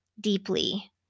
deeply